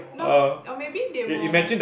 no or maybe they will